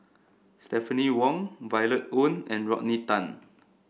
Stephanie Wong Violet Oon and Rodney Tan